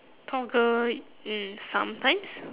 toggle mm sometimes